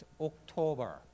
October